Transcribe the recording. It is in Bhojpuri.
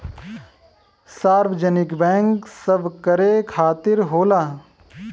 सार्वजनिक बैंक सबकरे खातिर होला